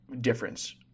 difference